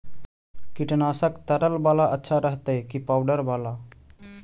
कीटनाशक तरल बाला अच्छा रहतै कि पाउडर बाला?